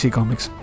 Comics